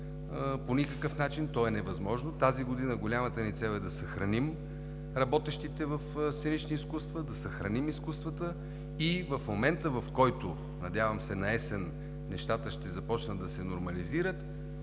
по никакъв начин, то е невъзможно. Тази година голямата ни цел е да съхраним работещите в сценичните изкуства, да съхраним изкуствата и в момента, в който – надявам се да е наесен, нещата започнат да се нормализират